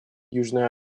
южной